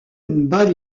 bat